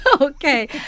okay